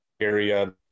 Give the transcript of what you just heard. area